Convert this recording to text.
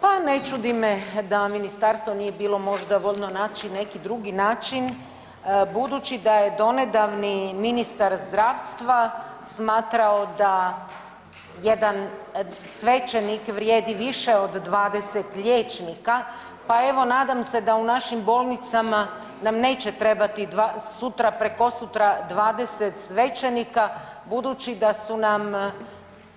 Pa ne čudi me da ministarstvo nije bilo možda voljno naći neki drugi način, budući da je donedavni ministar zdravstva smatrao da jedan svećenik vrijedi više od 20 liječnika, pa evo nadam se da u našim bolnicama nam neće trebati sutra, prekosutra 20 svećenika budući da su nam